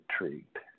intrigued